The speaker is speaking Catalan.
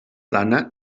plana